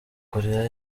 koreya